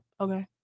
Okay